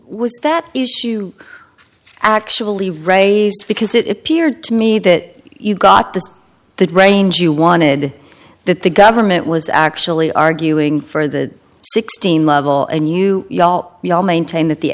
with that issue actually raised because it appeared to me that you got this the range you wanted that the government was actually arguing for the sixteen level and you know we all maintain that the